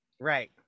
Right